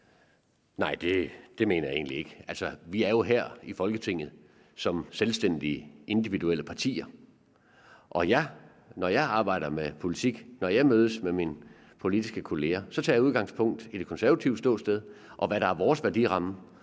Nej, det mener jeg egentlig ikke. Altså, vi er jo her i Folketinget som selvstændige, individuelle partier, og når jeg arbejder med politik, når jeg mødes med mine politiske kollegaer, tager jeg udgangspunkt i det konservative ståsted, og hvad der er vores værdiramme,